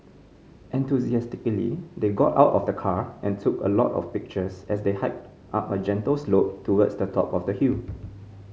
enthusiastically they got out of the car and took a lot of pictures as they hiked up a gentle slope towards the top of the hill